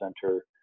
center